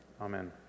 amen